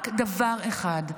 רק דבר אחד: